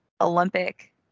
olympic